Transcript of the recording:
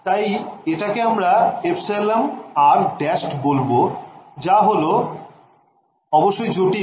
তাই এটাকে আমরা εr ′ বলবো যা হল অবশ্যই জটিল